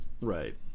Right